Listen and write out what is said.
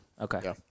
okay